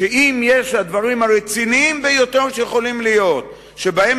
את הדברים הרציניים ביותר שיכולים להיות שעליהם